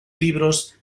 libros